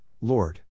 Lord